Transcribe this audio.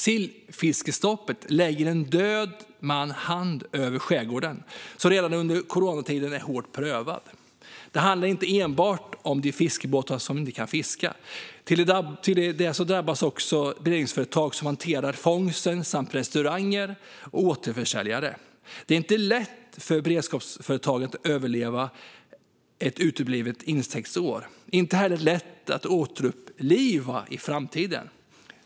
Sillfiskestoppet lägger en död hand över skärgården, som redan är hårt prövad i coronatider. Det handlar inte enbart om de fiskebåtar som inte kan fiska. Till dem som drabbas hör också de beredningsföretag som hanterar fångsten samt restauranger och återförsäljare. Det är inte lätt för beredningsföretagen att överleva ett uteblivet intäktsår. Inte heller är det lätt att återuppliva verksamheten i framtiden.